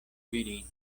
virino